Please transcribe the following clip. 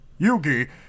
Yugi